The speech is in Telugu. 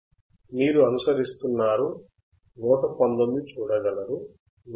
మీరు అనుసరిస్తున్నారు 119 చూడగలరు 120